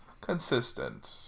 Consistent